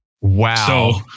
Wow